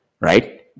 right